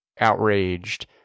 outraged